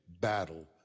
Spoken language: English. battle